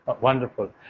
Wonderful